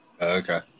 Okay